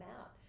out